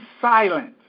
silent